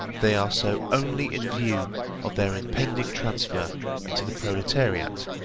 they are so only in view of their impending transfer into the proletariat,